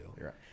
right